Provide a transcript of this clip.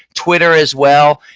twitter as well.